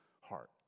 heart